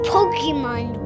Pokemon